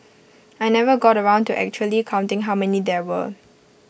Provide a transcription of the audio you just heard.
I never got around to actually counting how many there were